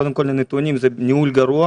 קודם כול, לפי הנתונים, זה ניהול גרוע.